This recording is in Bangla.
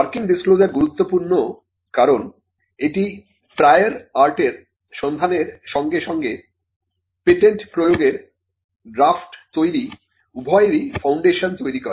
ওয়ার্কিং ডিসক্লোজার গুরুত্বপূর্ণ কারণ এটি প্রায়র আর্টের সন্ধানের সঙ্গে সঙ্গে পেটেন্ট প্রয়োগের ড্রাফ্ট তৈরী উভয়েরই ফাউন্ডেশন তৈরি করে